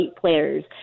players